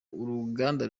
uruganda